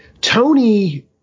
Tony